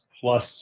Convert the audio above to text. Plus